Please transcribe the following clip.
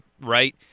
right